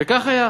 וכך היה.